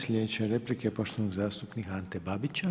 Slijedeća replika je poštovanog zastupnika Ante Babića.